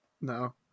No